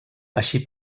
així